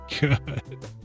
good